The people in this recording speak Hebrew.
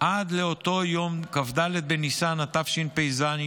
עד לאותו יום, כ"ד בניסן התשפ"ז,